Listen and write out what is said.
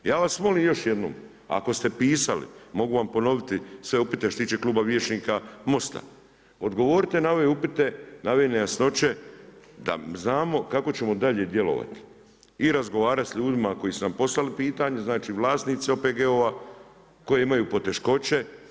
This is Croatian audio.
Ja vas molim još jednom, ako ste pisali mogu vam ponoviti sve upite što se tiče kluba vijećnika Most-a, odgovorite na ove upite, na ove nejasnoće da znamo kako ćemo dalje djelovati i razgovarati s ljudima koji su nam postavili pitanje, znači vlasnici OPG-ova koji imaju poteškoće.